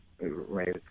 right